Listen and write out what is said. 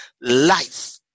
life